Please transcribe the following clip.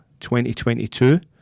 2022